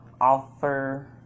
offer